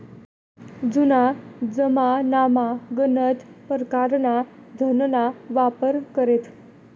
जुना जमानामा गनच परकारना धनना वापर करेत